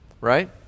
right